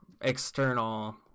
external